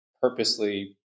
purposely